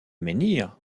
menhir